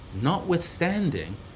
notwithstanding